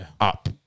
up